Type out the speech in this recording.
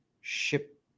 Ship